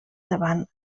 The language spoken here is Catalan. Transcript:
davant